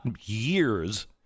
years